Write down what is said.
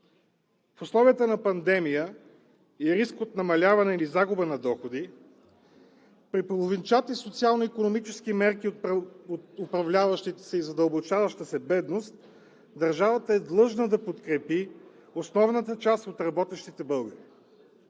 В условията на пандемия и риск от намаляване или загуба на доходи при половинчати социално-икономически мерки от управляващите и задълбочаваща се бедност, държавата е длъжна да подкрепи основната част от работещите българи.